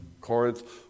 Corinth